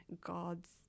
God's